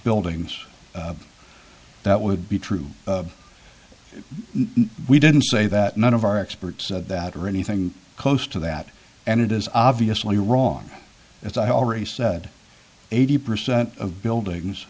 buildings that would be true we didn't say that none of our experts said that or anything close to that and it is obviously wrong as i already said eighty percent of buildings